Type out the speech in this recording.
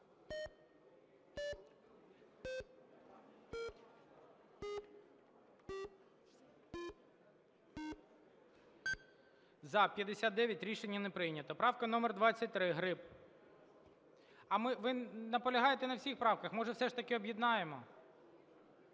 За-59 Рішення не прийнято. Правка номер 23, Гриб. Ви наполягаєте на всіх правках? Може, все ж таки об'єднаємо?